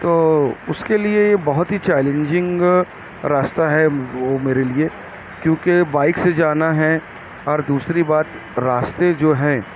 تو اس کے لیے یہ بہت ہی چیلنجنگ راستہ ہے وہ میرے لیے کیونکہ بائک سے جانا ہے اور دوسری بات راستے جو ہیں